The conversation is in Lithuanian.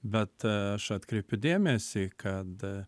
bet aš atkreipiu dėmesį kad